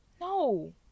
No